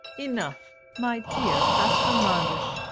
enough, my dear pastor manders.